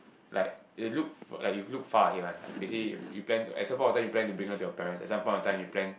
like you look far you look far ahead one like basically you plan at some point of time you plan to bring her to your parents at some point of time you plan